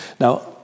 Now